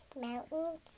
mountains